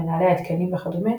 מנהלי התקנים וכדומה,